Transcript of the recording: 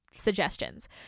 suggestions